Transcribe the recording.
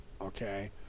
okay